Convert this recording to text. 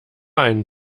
einen